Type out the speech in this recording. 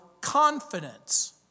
confidence